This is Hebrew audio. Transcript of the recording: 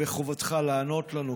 וחובתך לענות לנו,